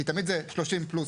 כי תמיד זה 30 פלוס.